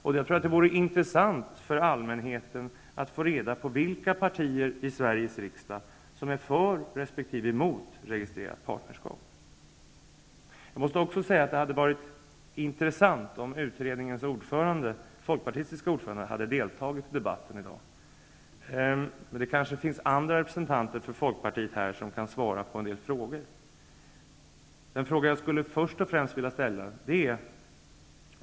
Jag tror också att det vore intressant för allmänheten att få reda på vilka partier i Sveriges riksdag som är för resp. emot registrerat partnerskap. Jag måste också säga att det hade varit intressant om utredningens folkpartistiske ordförande hade deltagit i debatten i dag. Men det kanske finns andra representanter för Folkpartiet här som kan svara på en del frågor. Den fråga jag först och främst skulle vilja ställa är följande.